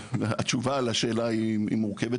שהתשובה לשאלה היא מורכבת,